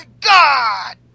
God